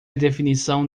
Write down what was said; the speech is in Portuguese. definição